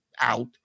out